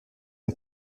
son